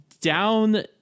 down